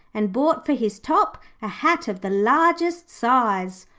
and bought for his top a hat of the largest size?